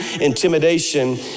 intimidation